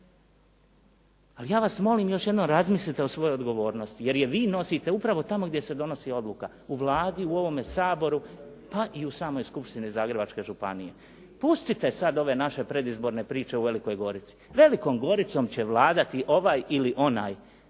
Ali ja vas molim još jednom razmislite o svojoj odgovornosti, jer je vi nosite upravo tamo gdje se donosi odluka u Vladi, u ovome Saboru, pa i u samoj Skupštini Zagrebačke županije. Pustite sad ove naše predizborne priče u Velikoj Gorici. Velikom Goricom će vladati ovaj ili onaj